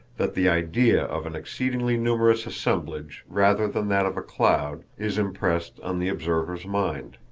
that the idea of an exceedingly numerous assemblage rather than that of a cloud is impressed on the observer's mind.